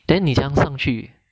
then 你怎样上去